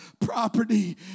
property